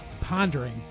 pondering